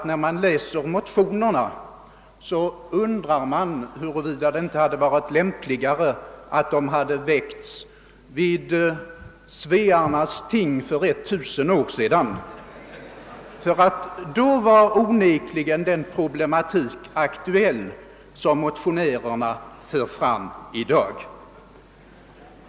När man läser motionerna undrar man huruvida det inte varit lämpligare om de hade väckts vid svearnas ting för tusen år sedan, ty då var onekligen den problematik aktuell som motionärerna för fram i dag.